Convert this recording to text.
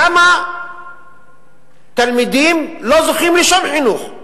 כמה תלמידים לא זוכים לשום חינוך,